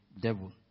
devil